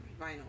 vinyl